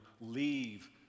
leave